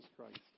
Christ